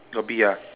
got bee ah